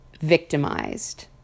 victimized